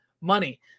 money